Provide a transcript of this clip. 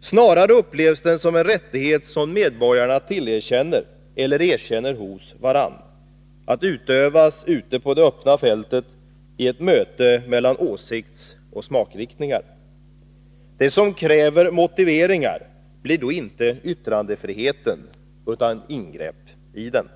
Snarare upplevs den som en rättighet som medborgarna tillerkänner — eller erkänner hos — varann, att utövas ute på det öppna fältet i ett möte mellan åsiktsoch smakriktningar. Det som kräver motiveringar blir då inte yttrandefriheten utan ingrepp i den.”